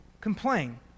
complain